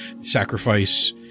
sacrifice